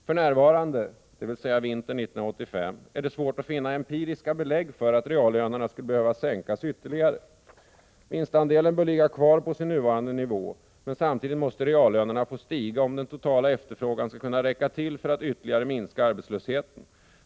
För närvarande” — dvs. vintern 1985 — ”är det svårt att finna empiriska belägg för att reallönerna skulle behöva sänkas ytterligare. Vinstandelen bör ligga kvar på sin nuvarande nivå, men samtidigt måste reallönerna få stiga, om den totala efterfrågan skall kunna räcka till för att ytterligare minska arbetslösheten.